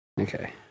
Okay